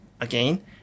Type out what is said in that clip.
again